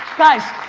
guys,